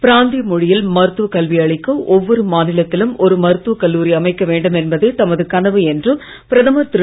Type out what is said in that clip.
பிராந்திய மொழியில் மருத்துவ கல்வி அளிக்க ஒவ்வொரு மாநிலத்திலும் ஒரு மருத்துவ கல்லூரி அமைக்க வேண்டும் என்பதே தமது கனவு என்று பிரதமர் திரு